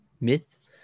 myth